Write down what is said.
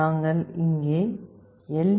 நாங்கள் இங்கே எல்